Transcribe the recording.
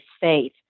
faith